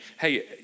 hey